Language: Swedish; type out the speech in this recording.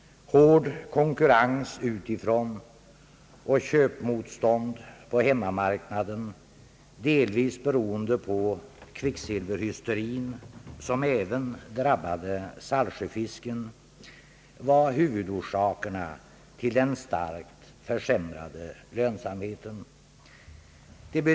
Hård konkurrens utifrån och köpmotstånd på hemmamarknaden, delvis beroende på kvicksilverhysterin, som även drabbade saltsjöfisken, var huvudorsakerna till den starkt försämrade lönsamheten.